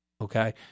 okay